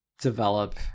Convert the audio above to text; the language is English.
develop